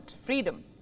freedom